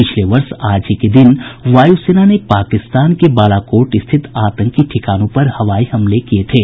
पिछले वर्ष आज ही के दिन वायुसेना ने पाकिस्तान के बालाकोट स्थित आतंकी ठिकानों पर हवाई हमले किये थे